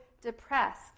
depressed